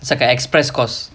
it's a express course